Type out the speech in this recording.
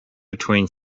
between